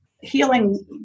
healing